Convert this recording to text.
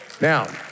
Now